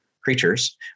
creatures